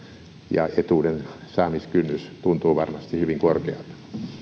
ja etuudensaamiskynnys tuntuu varmasti hyvin korkealta